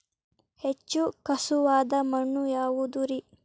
ಹೆಚ್ಚು ಖಸುವಾದ ಮಣ್ಣು ಯಾವುದು ರಿ?